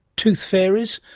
tooth fairies,